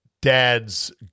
dad's